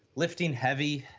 lifting heavy,